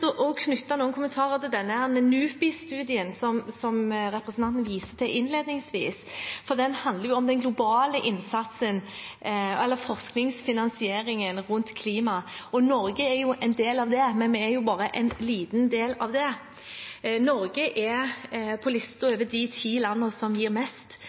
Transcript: knytte noen kommentarer til den NUPI-studien som representanten viste til innledningsvis. Den handler om den globale innsatsen, eller finansieringen av klimaforskningen, og Norge er en del av det, men vi er bare en liten del av det. Norge er på listen over de ti landene som gir mest